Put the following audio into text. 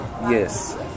yes